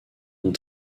ont